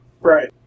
Right